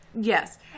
Yes